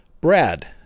Brad